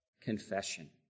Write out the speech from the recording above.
confession